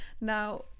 Now